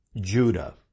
Judah